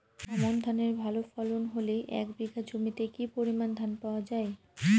আমন ধানের ভালো ফলন হলে এক বিঘা জমিতে কি পরিমান ধান পাওয়া যায়?